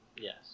Yes